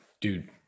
dude